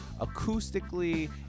acoustically